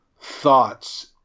thoughts